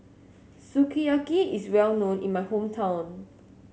sukiyaki is well known in my hometown